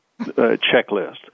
checklist